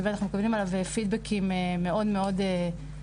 שבטח מקבלים עליו פידבקים מאוד מאוד חיוביים.